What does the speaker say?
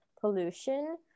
pollution